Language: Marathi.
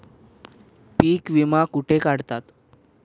पीक विमा कुठे काढतात?